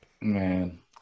Man